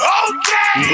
okay